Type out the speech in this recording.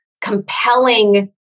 compelling